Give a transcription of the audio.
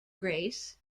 grace